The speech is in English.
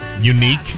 unique